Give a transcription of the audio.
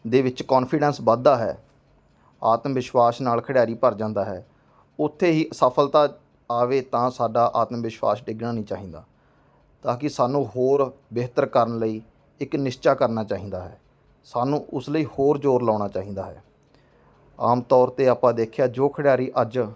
ਦੇ ਵਿੱਚ ਕੋਨਫੀਡੈਂਸ ਵੱਧਦਾ ਹੈ ਆਤਮ ਵਿਸ਼ਵਾਸ ਨਾਲ ਖਿਡਾਰੀ ਭਰ ਜਾਂਦਾ ਹੈ ਉੱਥੇ ਹੀ ਸਫਲਤਾ ਆਵੇ ਤਾਂ ਸਾਡਾ ਆਤਮ ਵਿਸ਼ਵਾਸ ਡਿੱਗਣਾ ਨਹੀਂ ਚਾਹੀਦਾ ਤਾਂ ਕਿ ਸਾਨੂੰ ਹੋਰ ਬਿਹਤਰ ਕਰਨ ਲਈ ਇੱਕ ਨਿਸ਼ਚਾ ਕਰਨਾ ਚਾਹੀਦਾ ਹੈ ਸਾਨੂੰ ਉਸ ਲਈ ਹੋਰ ਜ਼ੋਰ ਲਾਉਣਾ ਚਾਹੀਦਾ ਹੈ ਆਮ ਤੌਰ 'ਤੇ ਆਪਾਂ ਦੇਖਿਆ ਜੋ ਖਿਡਾਰੀ ਅੱਜ